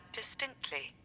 distinctly